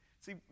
see